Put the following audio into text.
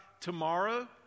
tomorrow